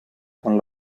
con